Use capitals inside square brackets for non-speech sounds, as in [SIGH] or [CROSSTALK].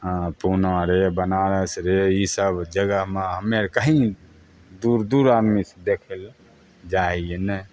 हँ पूना रे बनारस रे ई सब जगहमे हमे आर कहीं दूर दूर आदमी सब देखै लए जाय [UNINTELLIGIBLE]